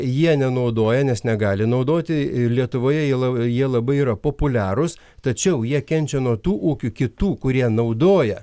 jie nenaudoja nes negali naudoti ir lietuvoje jie lai jie labai yra populiarūs tačiau jie kenčia nuo tų ūkių kitų kurie naudoja